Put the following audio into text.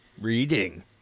Reading